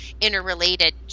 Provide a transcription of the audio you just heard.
interrelated